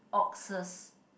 oxes